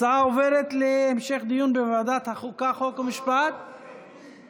ההצעה להעביר את הצעת חוק המקרקעין (תיקון,